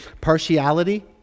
partiality